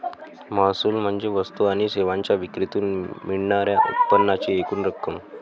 महसूल म्हणजे वस्तू आणि सेवांच्या विक्रीतून मिळणार्या उत्पन्नाची एकूण रक्कम